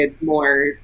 more